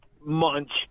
munch